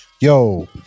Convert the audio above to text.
yo